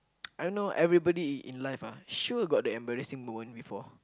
I don't know everybody in in life ah sure got that embarrassing moment before